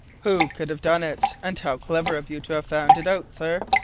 who could have done it? and how clever of you to have found it out, sir!